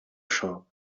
shop